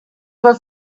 was